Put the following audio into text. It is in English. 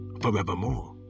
forevermore